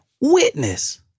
witness